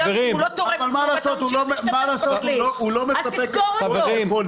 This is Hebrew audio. אם הוא לא תורם --- אבל מה לעשות שהוא לא מספק את כל היכולת.